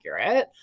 accurate